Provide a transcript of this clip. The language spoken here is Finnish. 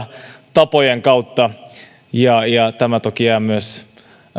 tapojen kautta ja ja tämä toki jää myös